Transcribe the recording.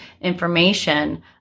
information